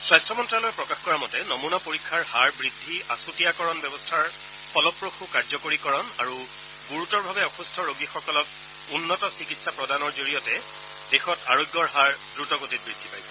স্বাস্থ্য মন্ত্যালয়ে প্ৰকাশ কৰা মতে নমনা পৰীক্ষাৰ হাৰ বুদ্ধি আচুতীয়াকৰণ ব্যৱস্থাৰ ফলপ্ৰস্ কাৰ্যকৰীকৰণ আৰু গুৰুতৰ ভাৱে অসুস্থ ৰোগীসকলক উন্নত চিকিৎসা প্ৰদানৰ জৰিয়তে দেশত আৰোগ্যৰ হাৰ দ্ৰতগতিত বৃদ্ধি পাইছে